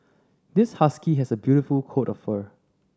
this husky has a beautiful coat of fur